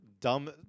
dumb